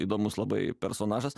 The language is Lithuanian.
įdomus labai personažas